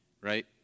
right